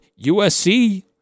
USC